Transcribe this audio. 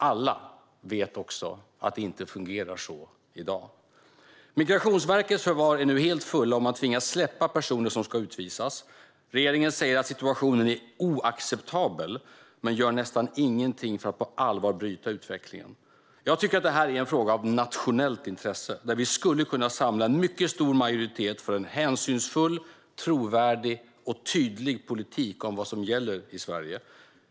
Alla vet dock att det inte fungerar så i dag. Migrationsverkets förvar är nu helt fulla. Man tvingas släppa personer som ska utvisas. Regeringen säger att situationen är oacceptabel men gör nästan ingenting för att på allvar bryta utvecklingen. Jag tycker att det här är en fråga av nationellt intresse. Vi skulle kunna samla en mycket stor majoritet för en hänsynsfull, trovärdig och tydlig politik för vad som gäller i Sverige.